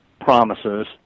promises